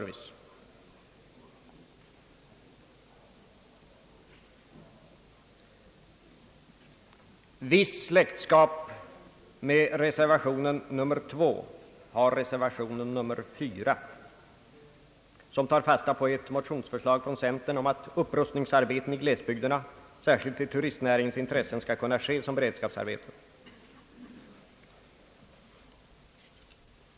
Viss släktskap med reservation nr 2 har reservation nr 4, som tar fasta på ett motionsförslag från centerpartiet, att upprustningsarbeten i glesbygderna, särskilt i turistnäringens intresse, skall kunna ske som beredskapsarbete.